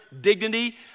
dignity